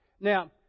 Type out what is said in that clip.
Now